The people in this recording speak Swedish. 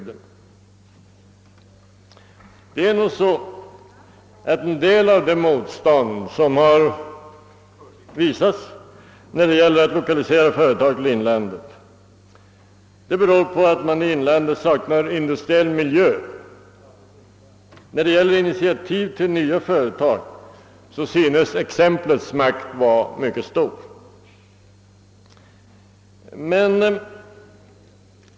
Det förhåller sig nog så, att en del av det motstånd som rests mot att lokalisera företag till inlandet beror på att man saknar industriell miljö. När det gäller initiativ för nya företag synes exemplets makt vara mycket stor.